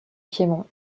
piémont